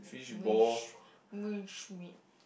wish wish meat